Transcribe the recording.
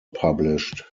published